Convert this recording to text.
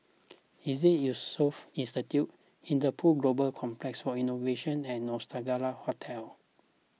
Iseas Yusof Ishak Institute Interpol Global Complex for Innovation and Nostalgia Hotel